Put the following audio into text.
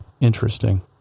interesting